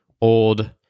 old